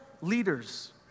leaders